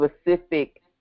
specific